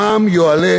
המע"מ יועלה,